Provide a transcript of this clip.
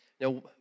Now